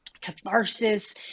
catharsis